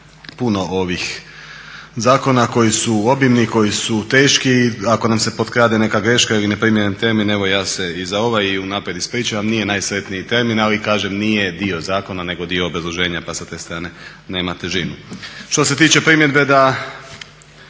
puno zakona koji su obilni i koji su teški i ako nam se potkrade neka greška ili neprimjeren termin evo ja se za ovaj i unaprijed ispričavam, ali nije najsretniji termin, ali kažem nije dio zakona nego dio obrazloženja pa sa te strane nema težinu. Što se tiče primjedbe da